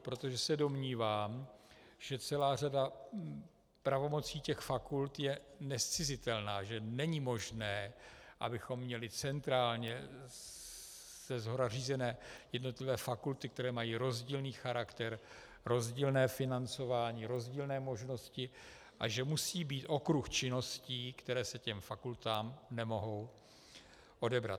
Protože se domnívám, že celá řada pravomocí fakult je nezcizitelná, že není možné, abychom měli centrálně ze shora řízené jednotlivé fakulty, které mají rozdílný charakter, rozdílné financování, rozdílné možnosti, a že musí být okruh činností, které se těm fakultám nemohou odebrat.